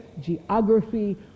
geography